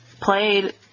played –